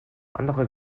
andere